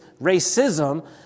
racism